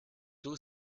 two